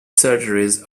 surgeries